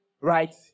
right